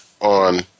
on